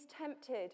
tempted